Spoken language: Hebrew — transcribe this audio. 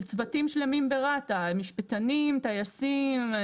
של צוותים שלמים ברת"א: משפטנים, טייסים.